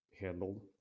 handled